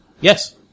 Yes